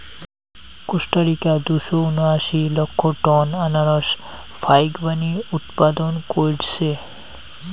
Costa Rica দুইশো উনাশি লক্ষ টন আনারস ফাইকবানী উৎপাদন কইরছে